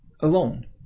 alone